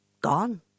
gone